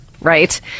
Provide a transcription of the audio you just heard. right